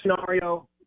scenario